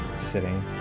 sitting